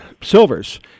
silvers